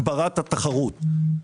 הגברת התחרות.